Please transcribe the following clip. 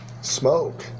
smoke